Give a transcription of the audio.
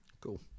Cool